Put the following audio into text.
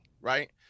right